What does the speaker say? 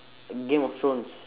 game of thrones